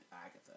Agatha